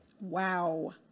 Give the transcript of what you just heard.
Wow